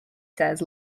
says